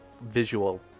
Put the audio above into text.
visual